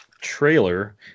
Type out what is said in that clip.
trailer